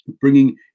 bringing